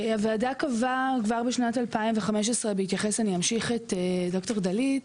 הוועדה קבעה כבר בשנת 2015. אני אמשיך את ד"ר דלית.